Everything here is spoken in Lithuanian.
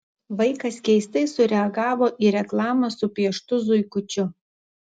vaikas keistai sureagavo į reklamą su pieštu zuikučiu